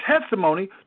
testimony